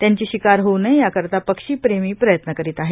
त्यांची शिकार होऊ नये याकरिता पक्षी प्रेमी प्रयत्न करीत आहे